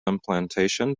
implantation